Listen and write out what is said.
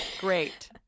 great